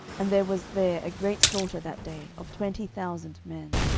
and there was there a great slaughter that day of twenty thousand men.